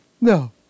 No